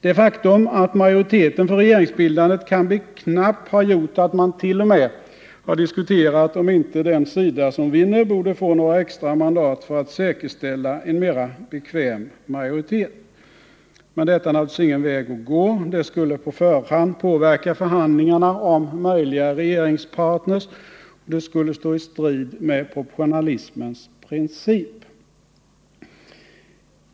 Det faktum att majoriteten för regeringsbildandet kan bli knapp har gjort att mant.o.m. har diskuterat om inte den sida som vinner borde få några extra mandat för att säkerställa en mera bekväm majoritet. Men detta är naturligtvis ingen väg att gå. Det skulle på förhand påverka förhandlingarna om möjliga regeringspartner, och det skulle stå i strid med proportionalismens princip.